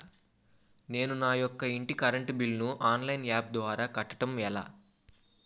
నేను నా యెక్క ఇంటి కరెంట్ బిల్ ను ఆన్లైన్ యాప్ ద్వారా కట్టడం ఎలా?